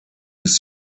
bis